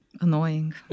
annoying